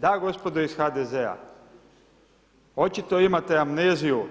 Da gospodo iz HDZ-a očito imate amneziju